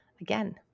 again